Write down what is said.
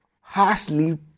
harshly